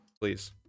Please